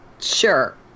Sure